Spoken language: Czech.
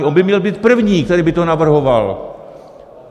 On by měl být první, který by to navrhoval.